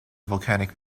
volcanic